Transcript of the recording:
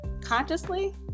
consciously